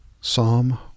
Psalm